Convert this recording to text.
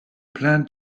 plan